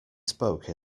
spoke